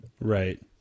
Right